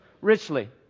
Richly